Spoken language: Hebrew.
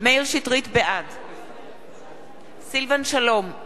בעד סילבן שלום,